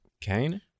Kane